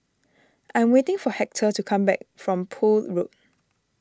I am waiting for Hector to come back from Poole Road